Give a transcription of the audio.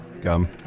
gum